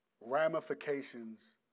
ramifications